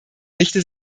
richte